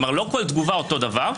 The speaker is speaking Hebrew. כלומר לא כל תגובה אותו דבר,